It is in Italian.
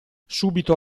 subito